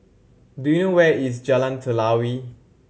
do you know where is Jalan Telawi